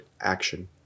action